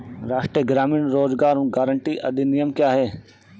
राष्ट्रीय ग्रामीण रोज़गार गारंटी अधिनियम क्या है?